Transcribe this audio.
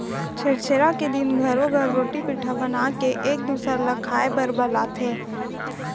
छेरछेरा के दिन घरो घर रोटी पिठा बनाके एक दूसर ल खाए बर बलाथे